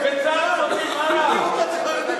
בצה"ל שותים עראק?